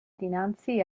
dinanzi